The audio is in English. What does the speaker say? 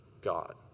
God